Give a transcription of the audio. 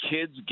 kids